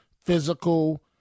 physical